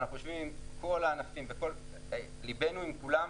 אנחנו יושבים עם כל הענפים וליבנו עם כולם.